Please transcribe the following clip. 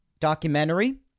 documentary